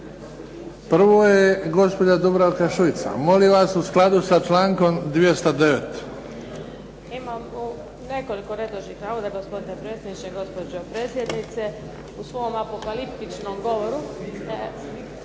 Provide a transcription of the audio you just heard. Prvo je gospođa Dubravka Šuica. Molim vas u skladu sa člankom 209. **Šuica, Dubravka (HDZ)** Imam nekoliko netočnih navoda gospodine predsjedniče, gospođo predsjednice. U svom apokaliptičnom govoru